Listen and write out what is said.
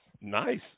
Nice